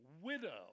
widow